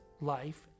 life